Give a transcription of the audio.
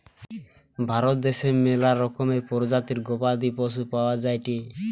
ভারত দ্যাশে ম্যালা রকমের প্রজাতির গবাদি পশু পাওয়া যায়টে